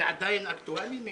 זה עדיין אקטואלי מאתמול?